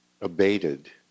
abated